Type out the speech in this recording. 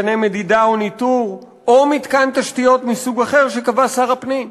מתקני מדידה או ניטור או מתקן תשתיות מסוג אחר שקבע שר הפנים.